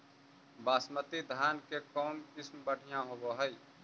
बासमती धान के कौन किसम बँढ़िया होब है?